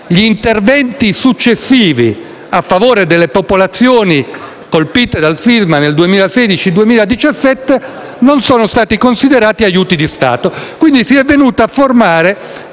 gli interventi successivi a favore delle popolazioni colpite dal sisma nel 2016 e nel 2017 non sono stati considerati aiuti di Stato. Quindi si è venuta a determinare